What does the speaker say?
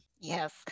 Yes